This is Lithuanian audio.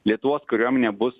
lietuvos kariuomenė bus